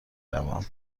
روم